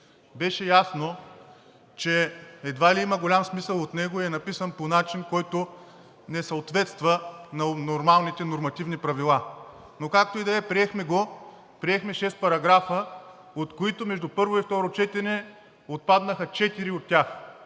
беше ясно, че едва ли има голям смисъл от него и е написан по начин, който не съответства на нормалните нормативни правила. Но както и да е, приехме го – приехме шест параграфа, от които между първо и второ четене отпаднаха четири.